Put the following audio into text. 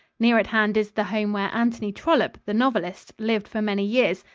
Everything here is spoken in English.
near at hand is the home where anthony trollope, the novelist, lived for many years,